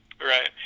Right